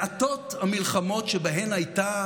מעטות המלחמות שבהן הייתה